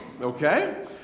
Okay